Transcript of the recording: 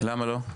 התהליך סדור.